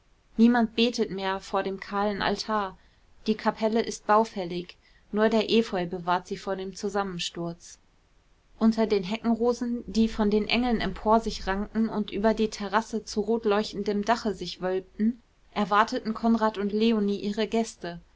niemand betet mehr vor dem kahlen altar die kapelle ist baufällig nur der efeu bewahrt sie vor dem zusammensturz unter den heckenrosen die von den engeln empor sich rankten und über der terrasse zu rotleuchtendem dache sich wölbten erwarteten konrad und leonie ihre gäste